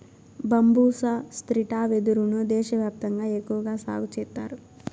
బంబూసా stricta వెదురు ను దేశ వ్యాప్తంగా ఎక్కువగా సాగు చేత్తారు